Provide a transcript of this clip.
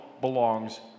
belongs